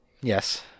Yes